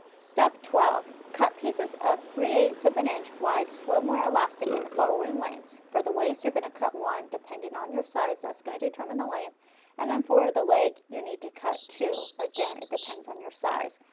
step twelve, cut pieces of three eight ths of an inch wide swimwear elastic in the following lengths. for the waist, you are going to cut one depending on your size, thatis going to determine the length and then for the leg, you need to cut two, again it depends on your size.